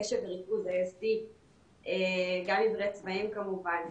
קשב וריכוז, ASD, גם ניגודי צבעים כמובן.